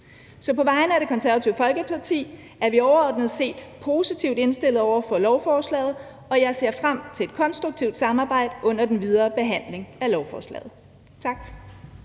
på vegne af Det Konservative Folkeparti vil jeg sige, at vi overordnet set er positivt indstillede over for lovforslaget, og jeg ser frem til et konstruktivt samarbejde under den videre behandling af lovforslaget.